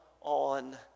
on